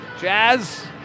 Jazz